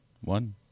one